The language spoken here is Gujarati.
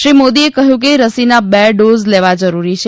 શ્રી મોદીએ કહ્યું કે રસીના બે ડોઝ લેવા જરૂરી છે